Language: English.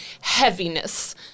heaviness